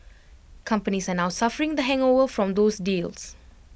companies are now suffering the hangover from those deals